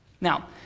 Now